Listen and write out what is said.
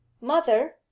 mother